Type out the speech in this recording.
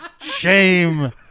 Shame